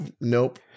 Nope